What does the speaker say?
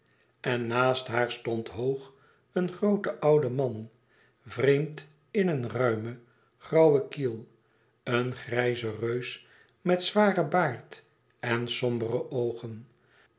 en naast haar stond hoog een groote oude man vreemd in een ruime grauwe kiel een grijze reus met zwaren baard en sombere oogen